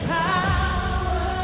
power